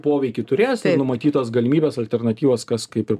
poveikį turės numatytos galimybės alternatyvos kas kaip ir